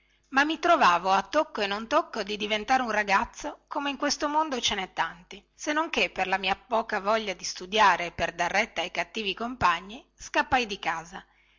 ma mi trovavo a tocco e non tocco di diventare un ragazzo come in questo mondo ce nè tanti se non che per la mia poca voglia di studiare e per dar retta ai cattivi compagni scappai di casa